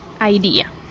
idea